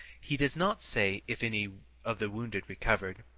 he does not say if any of the wounded recovered.